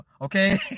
okay